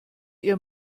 ihr